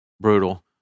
brutal